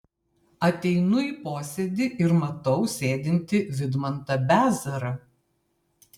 ateinu į posėdį ir matau sėdintį vidmantą bezarą